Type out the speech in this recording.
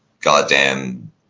goddamn